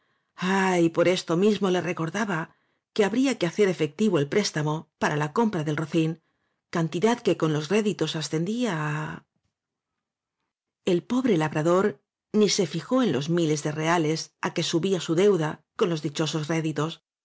y por esto mismo le recordaba que habría que hacer efectivo el préstamo para la compra del rocín cantidad que con los réditos ascendía á el pobre labrador ni se fijó en los miles de reales á que subía su deuda con los dichosos réditos